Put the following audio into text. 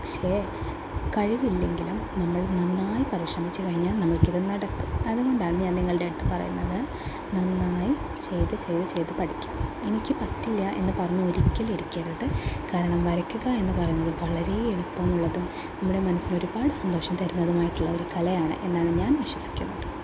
പക്ഷേ കഴിവില്ലെങ്കിലും നമ്മള് നന്നായി പരിശ്രമിച്ച് കഴിഞ്ഞാൽ നമുക്കിത് നടക്കും അതുകൊണ്ടാണ് ഞാൻ നിങ്ങളുടെ അടുത്ത് പറയുന്നത് നന്നായി ചെയ്ത് ചെയ്ത് ചെയ്ത് പഠിക്കുക എനിക്ക് പറ്റില്ല എന്ന് പറഞ്ഞ് ഒരിക്കലും ഇരിക്കരുത് കാരണം വരക്കുക എന്ന് പറയുന്നത് വളരെ എളുപ്പമുള്ളതും നമ്മുടെ മനസ്സിന് ഒരുപാട് സന്തോഷം തരുന്നതുമായിട്ടുള്ളൊരു കലയാണ് എന്നാണ് ഞാൻ വിശ്വസിക്കുന്നത്